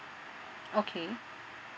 okay